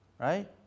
Right